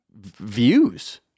views